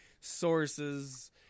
sources